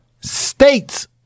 states